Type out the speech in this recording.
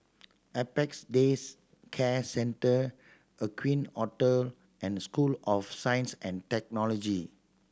Apex Days Care Centre Aqueen Hotel and School of Science and Technology